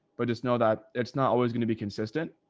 but just know that it's not always going to be consistent.